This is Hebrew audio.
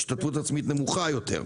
השתתפות עצמית נמוכה יותר.